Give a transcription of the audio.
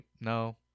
no